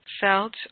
felt